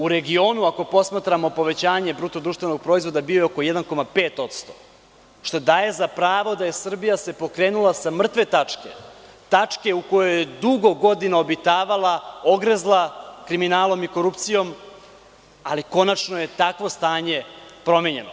U regionu, ako posmatramo povećanje BDP, bio je oko 1,5%, što daje za pravo da se Srbija pokrenula sa mrtve tačke, tačke u kojoj je dugo godina obitavala, ogrezla kriminalom i korupcijom, ali konačno je takvo stanje promenjeno.